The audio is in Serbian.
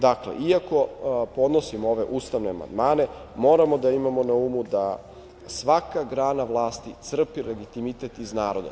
Dakle, iako podnosimo ove ustavne amandmane, moramo da imamo na umu da svaka grana vlasti crpi legitimitet iz naroda.